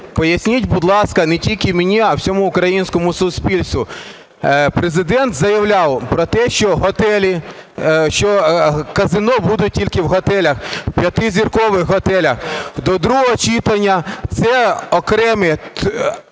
поясніть, будь ласка, не тільки мені, а всьому українському суспільству. Президент заявляв про те, що готелі, що казино будуть тільки в готелях, п'ятизіркових готелях. До другого читання – це окремі